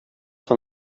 von